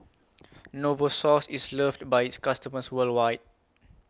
Novosource IS loved By its customers worldwide